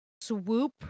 swoop